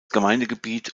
gemeindegebiet